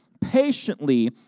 patiently